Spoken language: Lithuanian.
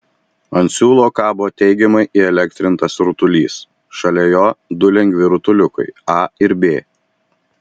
ant siūlo kabo teigiamai įelektrintas rutulys šalia jo du lengvi rutuliukai a ir b